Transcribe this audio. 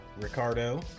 Ricardo